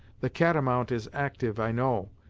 the catamount is actyve i know,